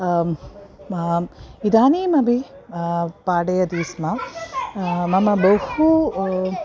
इदानीमपि पाठयति स्म मम बहु